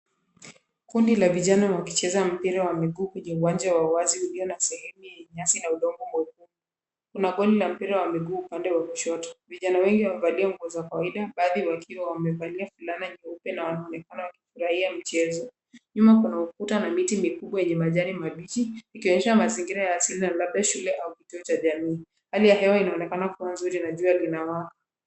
Kundi la vijana wakicheza mpira wa miguu kwenye uwanja wa wazi ulio na sehemu ya nyasi na udongo mwekundu. Kuna goli la mpira wa miguu upande wa kushoto. Vijana wengi wamevalia nguo za kawaida, baadhi wakiwa wamevalia fulana nyeupe na wanaonekana wakifurahia mchezo. Nyuma kuna ukuta na miti mikubwa yenye majani mabichi, ikionyesha mazingira ya asili labda shule au kituo cha jamii. Hali ya hewa inaonekana kuwa nzuri na jua linawaka.